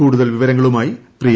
കൂടുതൽ വിവരങ്ങളുമായി പ്രിയ